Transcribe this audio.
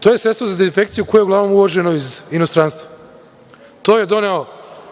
To je sredstvo za dezinfekciju koje je uglavnom uvoženo iz inostranstva. To je donelo